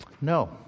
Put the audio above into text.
No